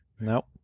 Nope